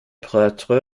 prêtre